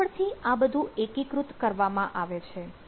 પાછળથી આ બધું એકીકૃત કરવામાં આવે છે